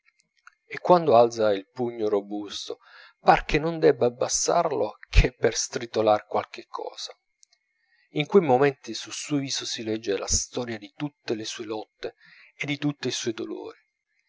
e quando alza il pugno robusto par che non debba abbassarlo che per stritolar qualche cosa in quei momenti sul suo viso si legge la storia di tutte le sue lotte e di tutti i suoi dolori